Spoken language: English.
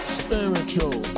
spiritual